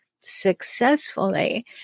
successfully